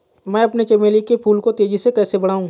मैं अपने चमेली के फूल को तेजी से कैसे बढाऊं?